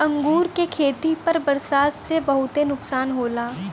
अंगूर के खेती पर बरसात से बहुते नुकसान होला